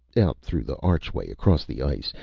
out through the archway, across the ice,